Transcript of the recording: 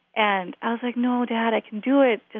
and i was like, no, dad, i can do it.